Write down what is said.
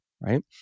right